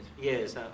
Yes